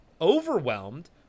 overwhelmed